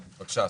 בבקשה,